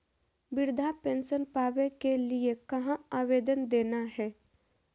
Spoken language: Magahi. वृद्धा पेंसन पावे के लिए कहा आवेदन देना है?